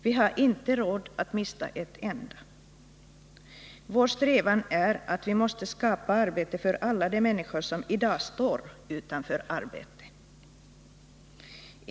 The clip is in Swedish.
Vi har inte råd att mista ett enda. Vår strävan måste vara att skapa arbete för alla de människor som i dag står utan arbete.